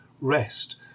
rest